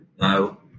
No